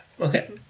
okay